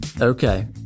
okay